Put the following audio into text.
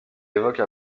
évoque